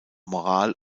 moral